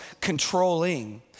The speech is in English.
controlling